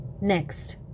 Next